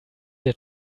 der